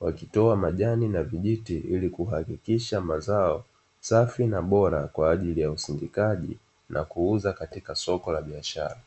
wakitoa majani na vijiti ili kuhakikisha mazao safi na bora kwa ajili ya usindikaji na kuuza katika soko la biashara.